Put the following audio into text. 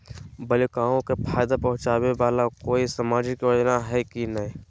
बालिकाओं के फ़ायदा पहुँचाबे वाला कोई सामाजिक योजना हइ की नय?